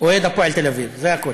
אוהד הפועל תל-אביב, זה הכול.